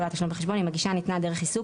אם הגישה נעשתה דרך עיסוק,